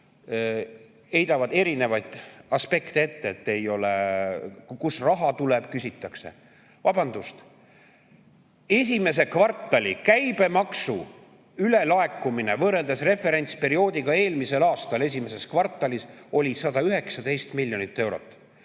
heidavad erinevaid aspekte ette. Kust raha tuleb, küsitakse. Vabandust! Esimese kvartali käibemaksu ülelaekumine võrreldes referentsperioodiga eelmisel aastal esimeses kvartalis oli 119 miljonit eurot.